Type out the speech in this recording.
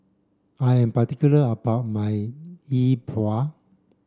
I am particular about my Yi Bua